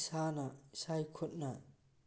ꯏꯁꯥꯅ ꯏꯁꯥꯒꯤ ꯈꯨꯠꯅ